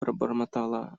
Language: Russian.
пробормотала